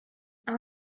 than